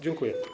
Dziękuję.